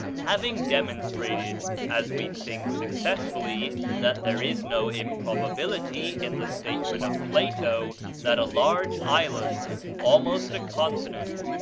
having demonstrated, as we think successfully, that there is no improbability in the statement of plato that a large island, almost a continent,